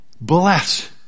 bless